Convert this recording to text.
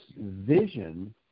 vision